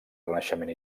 renaixement